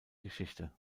geschichte